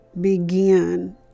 begin